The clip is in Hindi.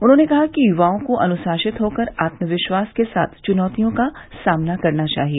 उन्होंने कहा कि युवाओं को अनुशासित होकर आत्मविश्वास के साथ चुनौतियों का सामना करना चाहिए